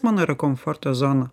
mano yra komforto zona